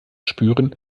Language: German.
spüren